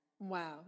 wow